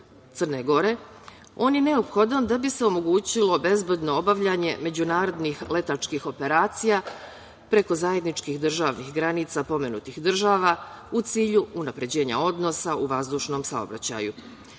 Crne Gore, on je neophodan da bi se omogućilo bezbedno obavljanje međunarodnih letačkih operacija preko zajedničkih državnih granica pomenutih država u cilju unapređenja odnosa u vazdušnom saobraćaju. Sporazum